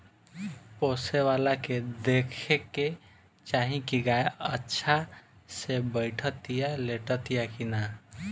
पोसेवला के देखे के चाही की गाय अच्छा से बैठतिया, लेटतिया कि ना